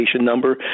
number